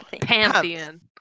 Pantheon